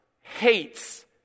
hates